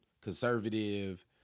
conservative